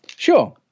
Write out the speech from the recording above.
Sure